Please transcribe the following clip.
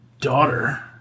daughter